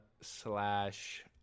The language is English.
slash